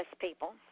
people